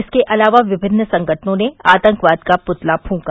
इसके अलावा विभिन्न संगठनों ने आतंकवाद का पुतला फूंका